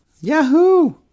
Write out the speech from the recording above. Yahoo